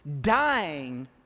dying